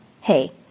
Hey